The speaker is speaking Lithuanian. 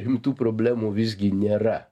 rimtų problemų visgi nėra